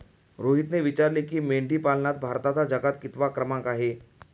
रोहितने विचारले की, मेंढीपालनात भारताचा जगात कितवा क्रमांक आहे?